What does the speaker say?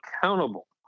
accountable